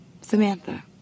Samantha